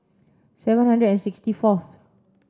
seven hundred and sixty fourth